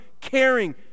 caring